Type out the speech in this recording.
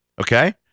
okay